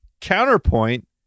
counterpoint